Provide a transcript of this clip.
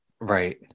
Right